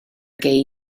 gei